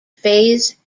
phase